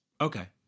Okay